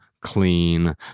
clean